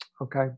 Okay